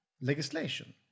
Legislation